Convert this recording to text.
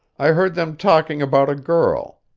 i heard them talking about a girl.